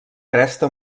cresta